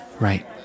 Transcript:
Right